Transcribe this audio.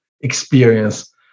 experience